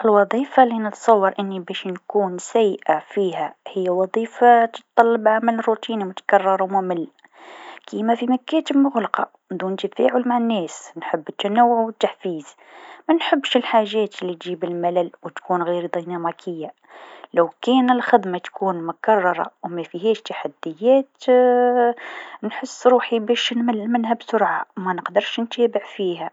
الوظيفه لنتصور أني باش نكون سيئه فيها هي وظيفه تطلب عمل روتيني متكرر و ممل كيما في مكاتب مغلقه دون تفاعل مع الناس، نحب التنوع و التحفيز، منحبش الحاجات لتجيب الملل و تكون غير ديناميكيه، لوكان الخدمه تكون مكرره و مافيهاش تحديات نحس روحي باش نمل منها بسرعه، منقدرش نتابع فيها.